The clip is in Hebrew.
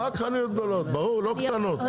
רק חנויות גדולות ברור, לא קטנות.